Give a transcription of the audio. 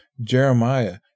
Jeremiah